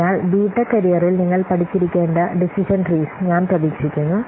അതിനാൽ B tech കരിയറിൽ നിങ്ങൾ പഠിച്ചിരിക്കേണ്ട ഡിസിഷൻ ട്രീസ് ഞാൻ പ്രതീക്ഷിക്കുന്നു